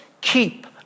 keep